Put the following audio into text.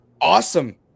Awesome